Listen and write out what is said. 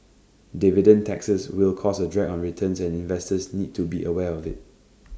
dividend taxes will cause A drag on returns and investors need to be aware of IT